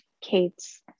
Kate's